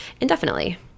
indefinitely